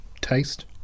Taste